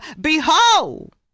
behold